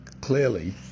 clearly